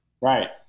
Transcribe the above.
right